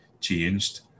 changed